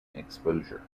exposure